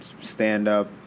stand-up